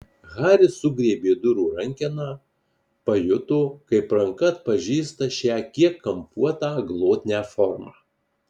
haris sugriebė durų rankeną pajuto kaip ranka atpažįsta šią kiek kampuotą glotnią formą